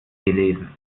gelesen